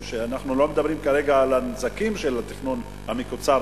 אנחנו לא מדברים כרגע על הנזקים של התכנון המקוצר,